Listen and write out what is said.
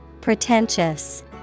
Pretentious